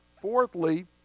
fourthly